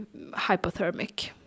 hypothermic